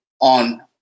on